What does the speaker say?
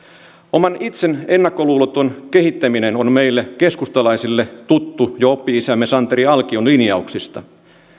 oman itsen ennakkoluuloton kehittäminen on meille keskustalaisille tuttu jo oppi isämme santeri alkion linjauksista